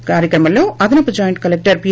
ఈ కార్యక్రమంలో అదనపు జాయింట్ కలెక్టర్ పి